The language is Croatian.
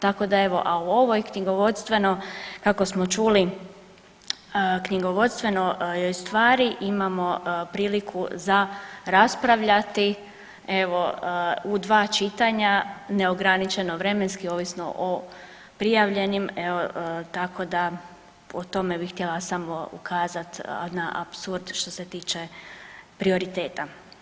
Tako da evo, a u ovoj knjigovodstveno kako smo čuli knjigovodstvenoj stvari imamo priliku za raspravljati evo u dva čitanja neograničeno vremenski ovisno o prijavljenim tako da o tome bih htjela samo ukazati na apsurd što se tiče prioriteta.